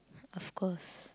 of course